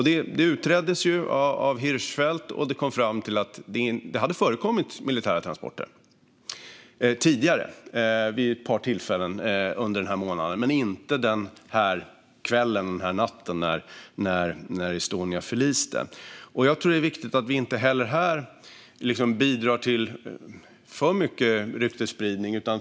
Det utreddes av Hirschfeldt, som kom fram till att det hade förekommit militära transporter tidigare vid ett par tillfällen under den aktuella månaden, men inte natten när Estonia förliste. Jag tror att det är viktigt att vi inte heller här bidrar till för mycket ryktesspridning.